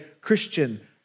Christian